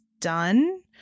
done